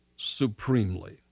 Supremely